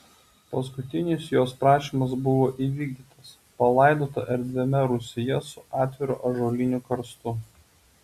paskutinis jos prašymas buvo įvykdytas palaidota erdviame rūsyje su atviru ąžuoliniu karstu